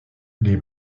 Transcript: les